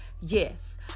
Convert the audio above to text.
Yes